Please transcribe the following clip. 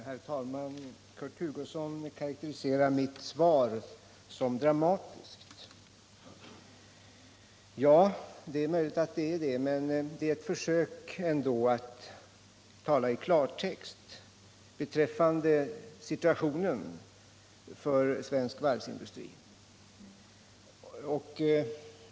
Herr talman! Kurt Hugosson karakteriserade mitt svar som dramatiskt. Ja, det är möjligt att det är dramatiskt, men det är ett försök att tala i klartext om situationen för svensk varvsindustri.